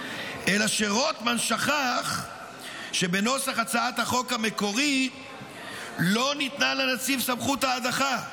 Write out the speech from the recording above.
אלא שרוטמן שכח שבנוסח הצעת החוק המקורית לא ניתנה לנציב סמכות ההדחה.